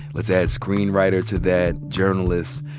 let's add screenwriter to that, journalist,